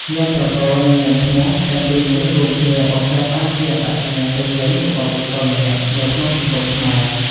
នាមត្រកូល និងនាមឈ្មោះទាំងពីរនេះរួមគ្នាបង្កើតបានជាអត្តសញ្ញាណពេញលេញរបស់បុគ្គលម្នាក់នៅក្នុងសង្គមខ្មែរ។